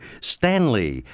Stanley